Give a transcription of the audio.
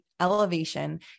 elevation